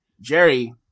Jerry